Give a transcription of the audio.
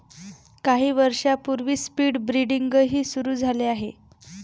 काही वर्षांपूर्वी स्पीड ब्रीडिंगही सुरू झाले आहे